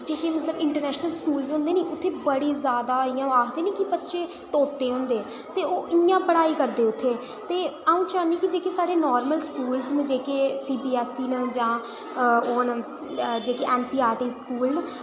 जेह्के मतलब international schools होंदे नी उत्थें बड़ी जादा इं'या अं'ऊ आखदी की बच्चे तोते होंदे ते ओह् इं'या पढ़ाई करदे उत्थें ते अं'ऊ चाह्न्नी कि जियां साढ़े नॉर्मल स्कूल न जेह्के सीबीएसई न जां ओह् न जेह्के एनसीईआरटी स्कूल न